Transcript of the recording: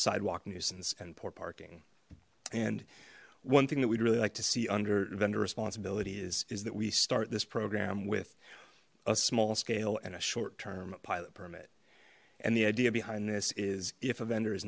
sidewalk nuisance and poor parking and one thing that we'd really like to see under vendor responsibilities is is that we start this program with a small scale and a short term a pilot permit and the idea behind this is if a vendor